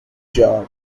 job